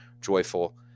joyful